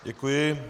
Děkuji.